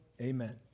amen